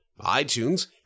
iTunes